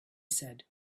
said